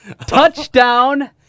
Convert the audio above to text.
touchdown